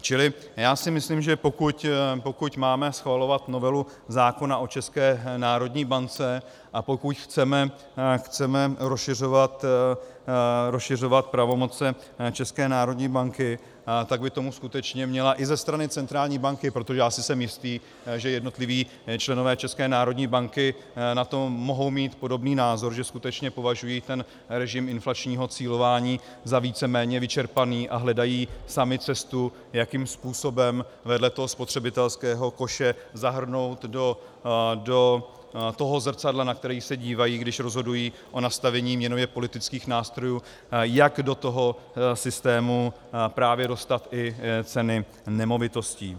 Čili já si myslím, že pokud máme schvalovat novelu zákona o České národní bance a pokud chceme rozšiřovat pravomoce České národní banky, tak by tomu skutečně měla i ze strany České národní banky protože si jsem jistý, že jednotliví členové České národní banky na to mohou mít podobný názor, že skutečně považují ten režim inflačního cílování za víceméně vyčerpaný a hledají sami cestu, jakým způsobem vedle spotřebitelského koše zahrnout do toho zrcadla, na které se dívají, když rozhodují o nastavení měnově politických nástrojů, jak do toho systému právě dostat i ceny nemovitostí.